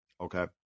Okay